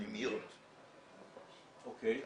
אוקיי.